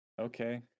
Okay